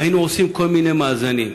והיינו עושים כל מיני מאזנים,